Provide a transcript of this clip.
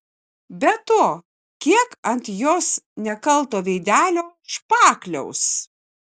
be to kiek ant jos nekalto veidelio špakliaus